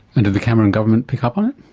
and did the cameron government pick up on